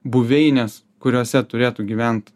buveinės kuriose turėtų gyvent